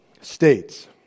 states